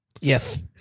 Yes